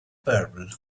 purple